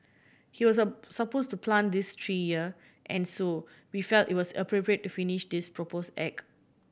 he was so suppose to plant this tree here and so we felt it was appropriate to finish this propose act